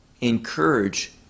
encourage